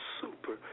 super